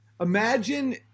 Imagine